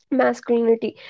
masculinity